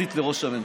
מספיק.